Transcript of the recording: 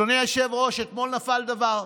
אדוני היושב-ראש, אתמול נפל דבר.